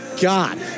god